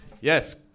Yes